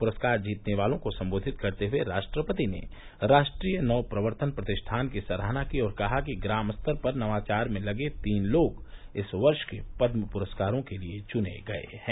पुरस्कार जीतने वालों को संबेधित करते हुए राष्ट्रपति ने राष्ट्रीय नव प्रवर्तन प्रतिष्ठान की सराहना की और कहा कि ग्राम स्तर पर नवाचार में लगे तीन लोग इस वर्ष के पदम प्रस्कारों के लिए चुने गए हैं